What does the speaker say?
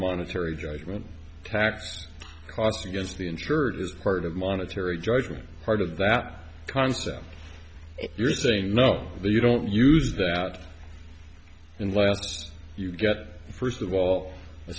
monetary judgment tax cost against the insured is part of monetary judgment part of that concept if you're saying no you don't use that unless you get first of all a